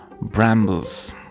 brambles